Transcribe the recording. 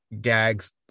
gags